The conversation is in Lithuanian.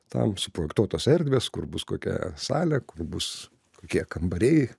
tam suprojektuotos erdvės kur bus kokia salė kur bus kokie kambariai